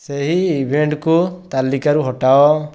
ସେହି ଇଭେଣ୍ଟକୁ ତାଲିକାରୁ ହଟାଅ